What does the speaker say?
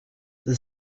the